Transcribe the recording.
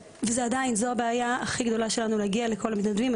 זו הבעיה הכי גדולה שלנו, להגיע לכל המתנדבים.